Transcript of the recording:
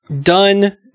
done